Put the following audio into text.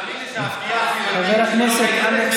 תאמין לי שהפגיעה החברתית, חבר הכנסת אלכס.